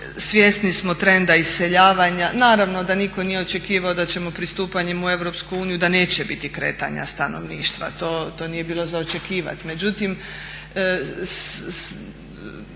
Svjesni smo trenda iseljavanja. Naravno da nitko nije očekivao da ćemo pristupanjem u Europsku uniju da neće biti kretanja stanovništva, to nije bilo za očekivati.